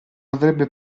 avrebbe